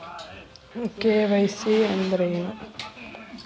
KYC ಅಂದ್ರೇನು?